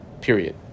Period